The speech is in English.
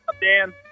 Dan